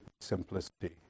simplicity